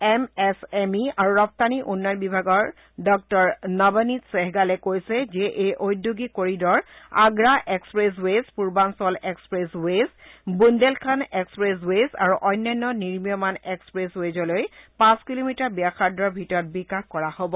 M S M E আৰু ৰপ্তানি উন্নয়ন বিভাগৰ ডঃ নৱনীত চেহগালে কৈছে যে এই উদ্যোগিক corridor Agra expressways Purvanchal expressways Bundelkhand expressways আৰু অন্যান্য নিৰ্মীয়মান এক্সপ্ৰেৱেইজলৈ পাঁচ কিলোমিটাৰ ব্যাসাৰ্ধৰ ভিতৰত বিকাশ কৰা হব